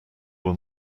were